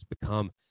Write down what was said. become